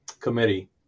committee